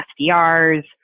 SDRs